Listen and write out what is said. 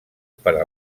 per